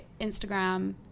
Instagram